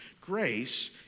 grace